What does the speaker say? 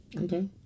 Okay